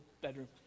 bedroom